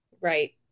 Right